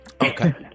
okay